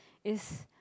is